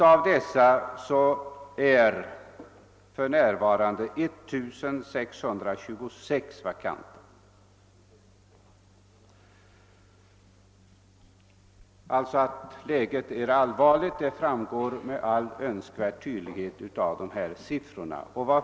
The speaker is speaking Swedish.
Av dessa tjänster är: för närvarande 1626 vakanta.” Att läget är allvarligt framgår med all önskvärd tydlighet av dessa siffror.